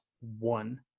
one